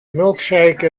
milkshake